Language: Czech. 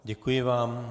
Děkuji vám.